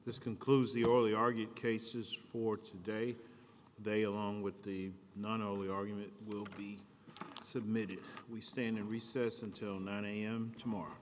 this concludes the early argued cases for today they along with the not only argument will be submitted we stand in recess until nine am tomorrow